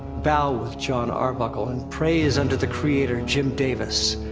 bow with jon arbuckle, and praise unto the creator, jim davis,